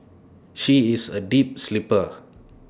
she is A deep sleeper